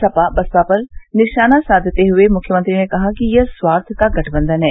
सपा बसपा पर निशाना साधते हुए मुख्यमंत्री ने कहा कि यह स्वार्थ का गठबंधन है